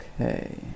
Okay